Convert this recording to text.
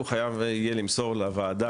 הוא יהיה חייב למסור לוועדת